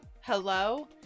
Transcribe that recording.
hello